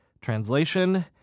Translation